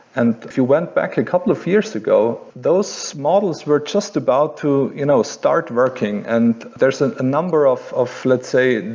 and if you went back a couple of years ago, those models were just about to you know start working and there's a number of of let's say,